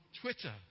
Twitter